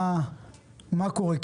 מה קורה?